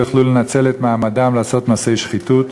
יוכלו לנצל את מעמדם לעשות מעשי שחיתות,